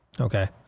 Okay